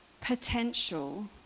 potential